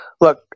Look